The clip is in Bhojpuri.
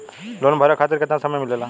लोन के भरे खातिर कितना समय मिलेला?